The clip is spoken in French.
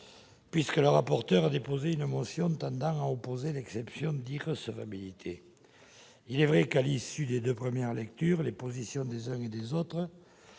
puisque le rapporteur a déposé une motion tendant à opposer l'exception d'irrecevabilité. Il est vrai qu'à l'issue des deux premières lectures les positions des uns et des autres,